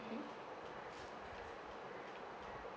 mm